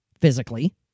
physically